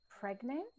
pregnant